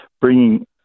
bringing